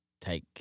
take